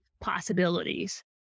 possibilities